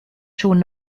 schon